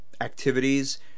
activities